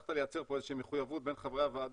הצלחת לייצר פה איזה שהיא מחויבות בין חברי הוועדה